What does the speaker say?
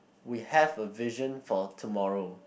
we have a vision for tomorrow